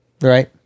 right